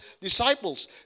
disciples